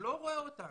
שלא רואה אותנו,